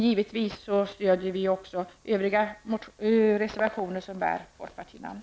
Givetvis stöder vi också övriga reservationer som bär vårt partinamn.